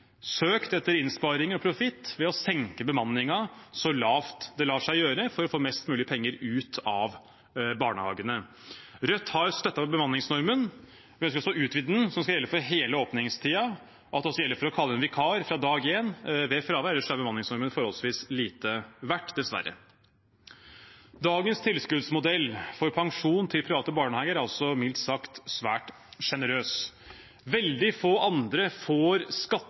søkt etter innsparing og profitt ved å senke bemanningen så lavt det lar seg gjøre, for å få mest mulig ut av barnehagene. Rødt har støttet bemanningsnormen. Vi ønsker også å utvide den, sånn at den skal gjelde for hele åpningstiden, og at den også skal gjelde for å kalle inn vikar fra dag én ved fravær, for ellers er bemanningsnormen dessverre forholdsvis lite verdt. Dagens tilskuddsmodell for pensjon til private barnehager er mildt sagt svært generøs. Veldig få andre får